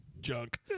junk